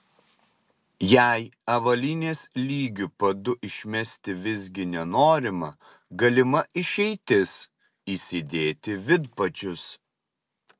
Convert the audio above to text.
jei avalynės lygiu padu išmesti visgi nenorima galima išeitis įsidėti vidpadžius